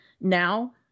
Now